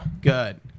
Good